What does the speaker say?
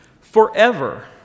Forever